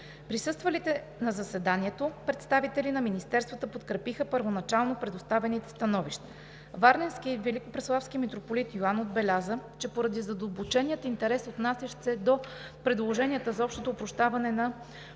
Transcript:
Присъствалите на заседанието представители на министерствата подкрепиха първоначално предоставените становища. Варненският и Великопреславски митрополит Йоан отбеляза, че поради задълбочения интерес, отнасящ се до предложенията за общо опрощаване на